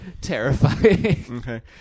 terrifying